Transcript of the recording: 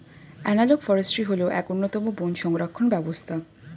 analogue forestry হল এক অন্যতম বন সংরক্ষণ ব্যবস্থা